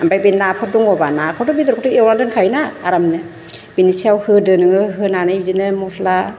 ओमफ्राय बे नाफोर दङबा नाखौथ' बेदरखौथ' एवनानै दोनखायो ना आरामनो बिनि सायाव होदो नोङो होनानै बिदिनो मस्ला